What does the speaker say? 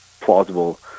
plausible